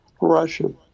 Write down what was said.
Russian